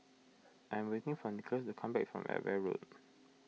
I'm waiting for Nicolas to come back from Edgware Road